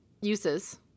uses